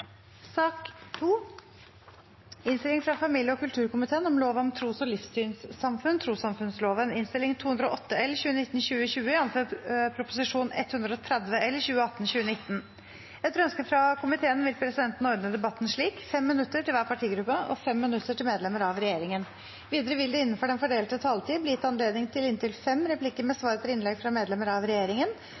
sak nr. 1. Etter ønske fra familie- og kulturkomiteen vil presidenten ordne debatten slik: 5 minutter til hver partigruppe og 5 minutter til medlemmer av regjeringen. Videre vil det – innenfor den fordelte taletid – bli gitt anledning til inntil fem replikker med svar etter innlegg fra medlemmer av regjeringen,